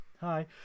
Hi